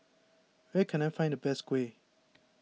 where can I find the best Kuih